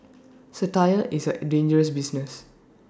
satire is A dangerous business